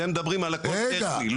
אתם מדברים על הכל טכני.